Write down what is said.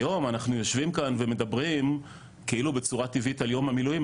היום אנחנו יושבים כאן ומדברים כאילו בצורה טבעית על יום המילואים,